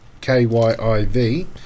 K-Y-I-V